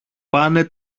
πάνε